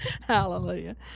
hallelujah